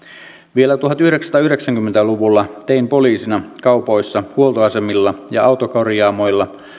vielä tuhatyhdeksänsataayhdeksänkymmentä luvulla tein poliisina kaupoissa huoltoasemilla ja autokorjaamoilla